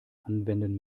anwenden